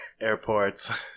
airports